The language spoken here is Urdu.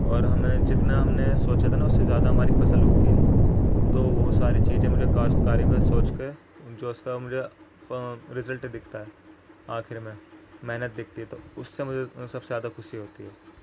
اور ہمیں جتنا ہم نے سوچا تھا نا اس سے زیادہ ہماری فصل اگتی ہے تو وہ ساری چیزیں مجھے کاشت کاری میں سوچ کے جو اس کا مجھے رزلٹ دکھتا ہے آخر میں محنت دکھتی ہے تو اس سے مجھے سب سے زیادہ خوشی ہوتی ہے